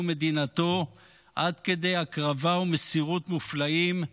ומדינתו עד כדי הקרבה ומסירות מופלאים,